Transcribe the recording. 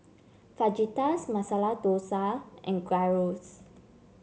Fajitas Masala Dosa and Gyros